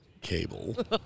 Cable